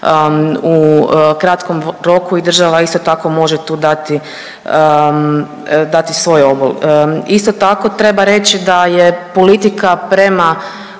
u kratkom roku i država isto tako može tu dati svoj obol. Isto tako treba reći da je politika prema